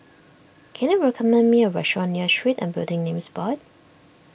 can you recommend me a restaurant near Street and Building Names Board